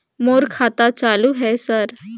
मोर खाता चालु हे सर?